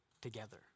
together